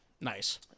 Nice